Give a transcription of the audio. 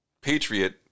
Patriot